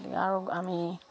আৰু আমি